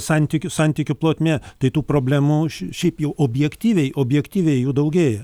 santykių santykių plotmė tai tų problemų šiaip jau objektyviai objektyviai jų daugėja